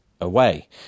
away